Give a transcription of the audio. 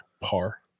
par